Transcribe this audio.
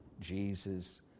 Jesus